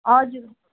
हजुर